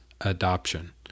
adoption